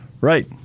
right